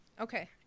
Okay